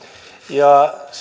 ja